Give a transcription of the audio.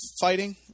fighting